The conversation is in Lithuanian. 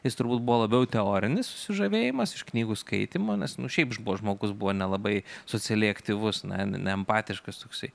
jis turbūt buvo labiau teorinis susižavėjimas iš knygų skaitymo nu šiaip žmogus buvo nelabai socialiai aktyvus neempatiškas toksai